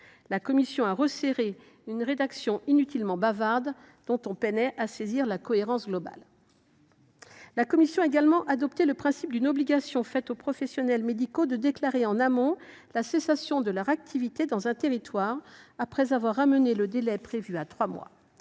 La commission a donc resserré une rédaction inutilement bavarde, dont on peinait à saisir la cohérence globale. La commission a également adopté le principe d’une obligation pour les professionnels médicaux de déclarer en amont la cessation de leur activité dans un territoire, après avoir ramené le délai prévu à trois mois.